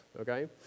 okay